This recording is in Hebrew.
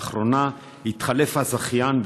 לאחרונה התחלף הזכיין,